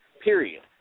period